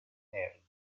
nervi